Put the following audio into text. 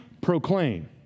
proclaim